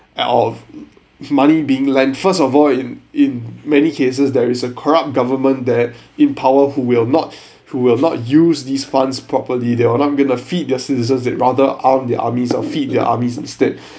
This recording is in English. and of money being lend first of all in in many cases there is a corrupt government there in power who will not who will not use these funds properly they're not going to feed their citizens they'd rather arm their armies or feed their armies instead